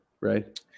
right